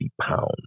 pounds